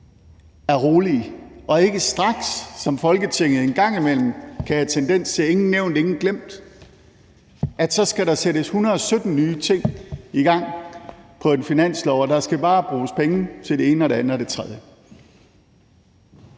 er rolige og ikke straks, som Folketinget en gang imellem kan have en tendens til – ingen nævnt, ingen glemt – sætter 117 nye ting i gang på en finanslov, og at der bare skal bruges penge til det ene, det andet og det tredje?